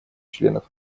членов